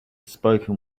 spoken